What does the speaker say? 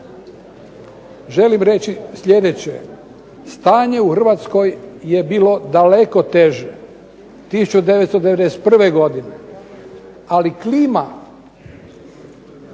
Želim reći sljedeće, stanje u Hrvatskoj je bilo daleko teže 1991. godine ali klima,